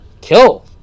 Kill